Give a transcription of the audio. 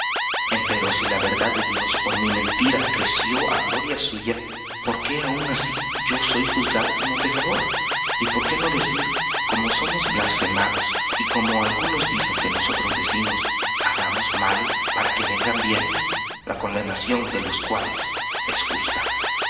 mundo empero si la verdad de dios por mi mentira creció á gloria suya por qué aun así yo soy juzgado como pecador y por qué no como somos blasfemados y como algunos dicen que nosotros decimos hagamos males para que vengan bienes la condenación de los cuales es justa